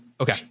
Okay